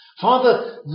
Father